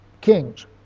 kings